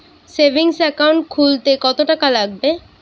Savings account খুলতে কতটাকা লাগবে?